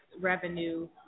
revenue